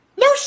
no